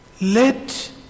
let